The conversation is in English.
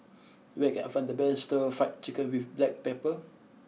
where can I find the best Stir Fried Chicken with black pepper